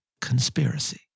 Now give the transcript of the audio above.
conspiracy